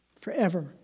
forever